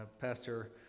Pastor